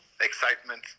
excitement